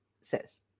says